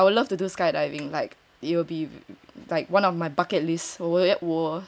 ya I would love to do skydiving like it will be like one on my bucket list